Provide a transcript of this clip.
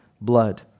blood